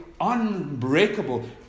unbreakable